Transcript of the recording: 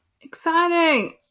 exciting